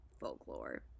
Folklore